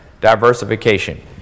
Diversification